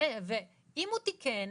אם הוא תיקן,